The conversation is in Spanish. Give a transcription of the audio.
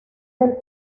del